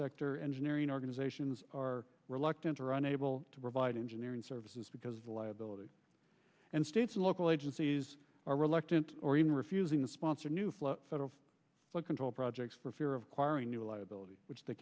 sector engineering organizations are reluctant or unable to provide engineering services because the liability and states and local agencies are reluctant or even refusing to sponsor new flood control projects for fear of quarry new liability which they